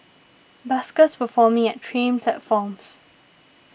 buskers performing at train platforms